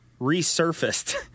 resurfaced